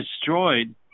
destroyed